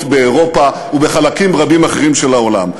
באירופה ובחלקים רבים אחרים של העולם.